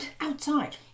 outside